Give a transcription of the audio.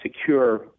secure